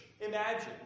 Imagine